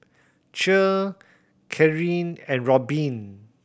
Cher Karyn and Robin